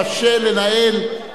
קשה לנהל,